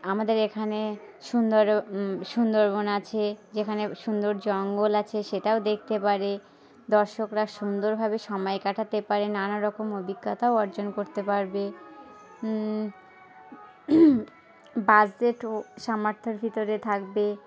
আমাদের এখানে সুন্দর সুন্দরবন আছে যেখানে সুন্দর জঙ্গল আছে সেটাও দেখতে পারে দর্শকরা সুন্দর ভাবে সময় কাটাতে পারে নানা রকম অভিজ্ঞতাও অর্জন করতে পারবে বাজেটও সামর্থ্যের ভিতরে থাকবে